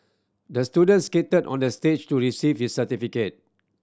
the student skated onto the stage to receive his certificate